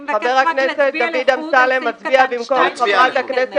-- אני מבקשת רק להצביע לחוד על סעיף קטן (2) --- נצביע לחוד.